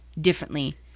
differently